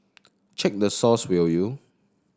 check the source will you